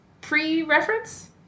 pre-reference